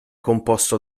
composto